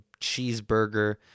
cheeseburger